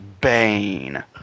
Bane